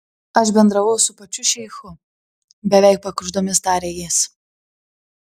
aš bendravau su pačiu šeichu beveik pakuždomis tarė jis